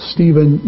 Stephen